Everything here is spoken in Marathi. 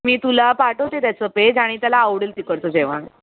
मी तुला पाठवते त्याचं पेज आणि त्याला आवडेल तिकडचं जेवण